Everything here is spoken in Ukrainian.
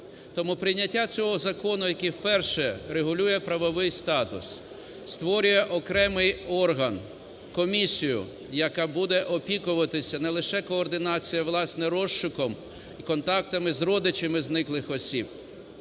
Тому прийняття цього закону, який вперше регулює правовий статус, створює окремий орган, комісію, яка буде опікуватися не лише координацією, власне, розшуком і контактами з родичами зниклих осіб,